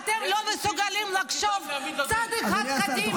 אתם לא מסוגלים לחשוב צעד אחד קדימה.